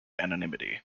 anonymity